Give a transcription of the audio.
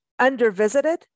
undervisited